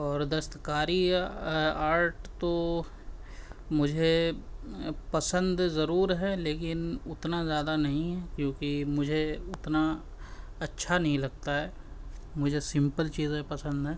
اور دستکاری آرٹ تو مجھے پسند ضرور ہے لیکن اتنا زیادہ نہیں ہے کیونکہ مجھے اتنا اچّھا نہیں لگتا ہے مجھے سمپل چیزیں پسند ہیں